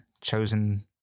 chosen